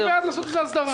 אני בעד לעשות לזה הסדרה.